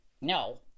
No